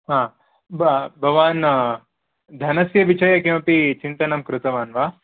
भ भवान् धनस्य विषये किमपि चिन्तनं कृतवान् वा